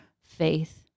faith